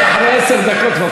לא בישיבות ההסדר.